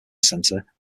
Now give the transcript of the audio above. center